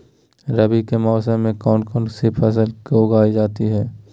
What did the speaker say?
रवि के मौसम में कौन कौन सी फसल को उगाई जाता है?